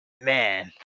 man